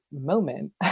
moment